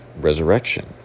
resurrection